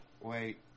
Wait